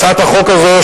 הצעת החוק הזו,